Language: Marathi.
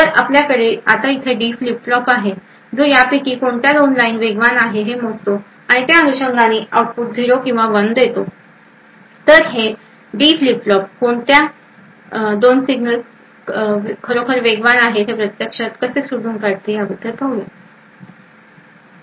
तर आपल्याकडे आता येथे डी फ्लिप फ्लॉप आहे जो यापैकी कोणत्या दोन लाईन वेगवान आहे हे मोजते आणि त्या अनुषंगाने आउटपुट 0 किंवा 1 हे देते तर हे डी फ्लिप फ्लॉप यापैकी कोणते दोन सिग्नल खरोखर वेगवान आहेत हे प्रत्यक्षात कसे शोधते आहे याबद्दल अधिक तपशील पाहू